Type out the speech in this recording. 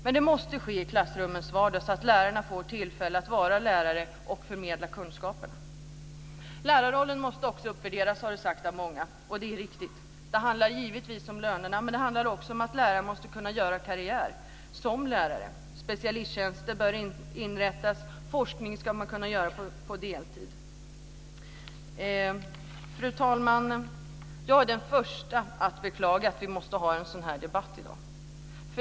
Men det måste ske i klassrummens vardag så att lärarna får tillfälle att vara lärare och förmedla kunskaper. Lärarrollen måste uppvärderas, har det sagts av många, och det är riktigt. Det handlar givetvis om lönerna, men det handlar också om att lärarna måste kunna göra karriär som lärare. Specialisttjänster bör inrättas och forskning ska kunna bedrivas på deltid. Fru talman! Jag är den första att beklaga att vi måste ha en sådan här debatt.